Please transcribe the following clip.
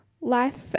life